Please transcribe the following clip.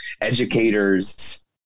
educators